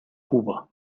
cuba